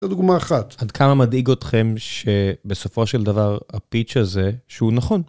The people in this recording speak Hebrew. דוגמה אחת עד כמה מדאיג אתכם שבסופו של דבר הפיצ' הזה שהוא נכון.